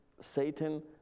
Satan